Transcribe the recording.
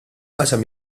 qasam